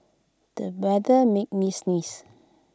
the weather made me sneeze